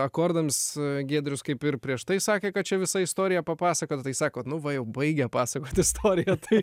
akordams giedrius kaip ir prieš tai sakė kad čia visą istoriją papasakot tai sako nu va jau baigia pasakoti istoriją tai